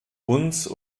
uns